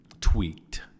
tweaked